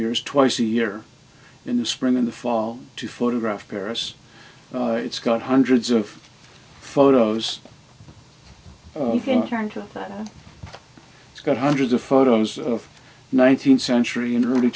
years twice a year in the spring in the fall to photograph paris it's got hundreds of photos of atlanta it's got hundreds of photos of nineteenth century and early